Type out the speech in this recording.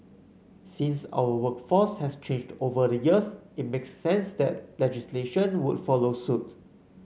since our workforce has changed over the years it makes sense that legislation would follow suit